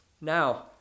Now